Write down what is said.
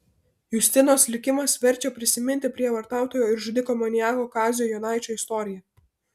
justinos likimas verčia prisiminti prievartautojo ir žudiko maniako kazio jonaičio istoriją